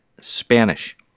Spanish